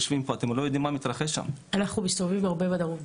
שני הגופים הבאים הם חברת שב"א שירותי בנק אוטומטיים בע"מ,